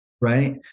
Right